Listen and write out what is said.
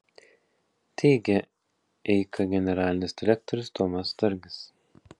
teigia eika generalinis direktorius domas dargis